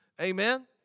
Amen